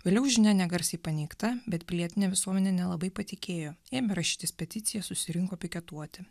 vėliau žinia negarsiai paneigta bet pilietinė visuomenė nelabai patikėjo ėmė rašytis peticiją susirinko piketuoti